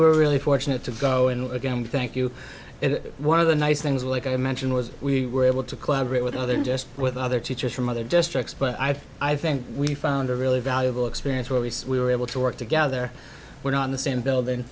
were really fortunate to go and again thank you and one of the nice things like i mentioned was we were able to collaborate with other just with other teachers from other districts but i think i think we found a really valuable experience release we were able to work together we're not in the same building